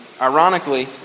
ironically